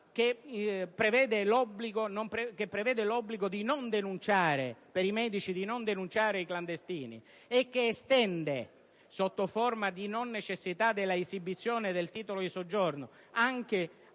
che prevede l'obbligo per i medici di non denunciare i clandestini e che lo si estenda, sotto forma di non necessità dell'esibizione del titolo di soggiorno, anche